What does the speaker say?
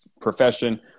profession